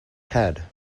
head